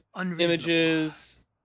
images